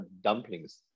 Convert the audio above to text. dumplings